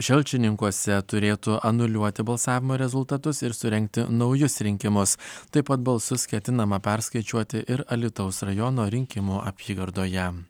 šalčininkuose turėtų anuliuoti balsavimo rezultatus ir surengti naujus rinkimus taip pat balsus ketinama perskaičiuoti ir alytaus rajono rinkimų apygardoje